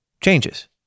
changes